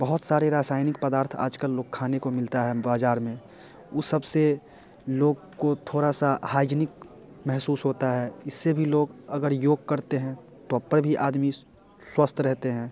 बहुत सारे रासायनिक पदार्थ आजकल लोग खाने को मिलता है बजार में वो सबसे लोग को थोड़ा सा हाइजीनिक महसूस होता है इससे भी लोग अगर योग करते हैं तब पर भी आदमी स्वस्थ रहते हैं